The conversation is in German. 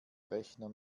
rechner